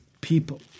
people